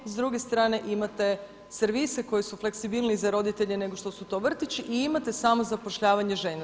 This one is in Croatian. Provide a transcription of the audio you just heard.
S druge strane imate servise koji su fleksibilniji za roditelje nego što su to vrtići i imate samozapošljavanje žena.